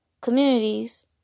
communities